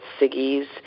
Siggy's